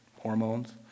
hormones